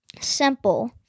simple